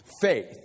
faith